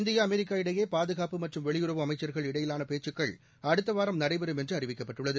India America இடையே பாதுகாப்பு மற்றும் வெளியுறவு அமைச்சர்கள் இடையிலான பேச்சுக்கள் அடுத்த வாரம் நடைபெறும் என்று அறிவிக்கப்பட்டுள்ளது